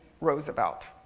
Roosevelt